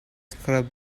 scrub